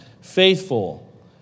faithful